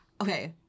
okay